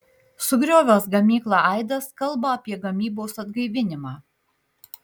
sugriovęs gamyklą aidas kalba apie gamybos atgaivinimą